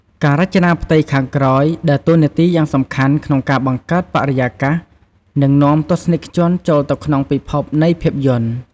ការរចនាផ្ទៃខាងក្រោយ ដើរតួនាទីយ៉ាងសំខាន់ក្នុងការបង្កើតបរិយាកាស និងនាំទស្សនិកជនចូលទៅក្នុងពិភពនៃភាពយន្ត។